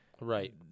Right